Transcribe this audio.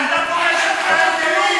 אתה פוגש את חיים ילין.